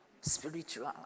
spiritual